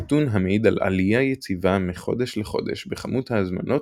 נתון המעיד על עליה יציבה מחודש לחודש בכמות ההזמנות